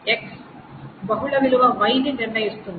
X బహుళ విలువ Y ని నిర్ణయిస్తుంది